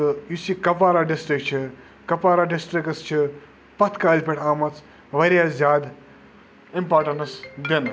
تہٕ یُس یہِ کَپوارہ ڈِسٹِرٛک چھِ کَپوارہ ڈِسٹِرٛکَس چھِ پَتھ کالہِ پٮ۪ٹھ آمٕژ واریاہ زیادٕ اِمپاٹٮ۪نٕس دِنہٕ